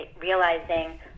realizing